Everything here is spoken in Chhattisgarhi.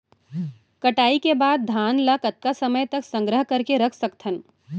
कटाई के बाद धान ला कतका समय तक संग्रह करके रख सकथन?